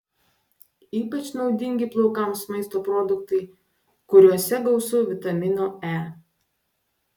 ypač naudingi plaukams maisto produktai kuriuose gausu vitamino e